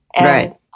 Right